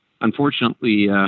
unfortunately